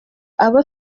abo